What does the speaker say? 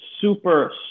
super